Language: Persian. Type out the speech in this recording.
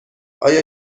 آیا